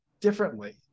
differently